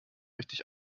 richtig